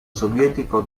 sovietico